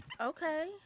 Okay